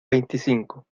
veinticinco